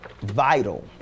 vital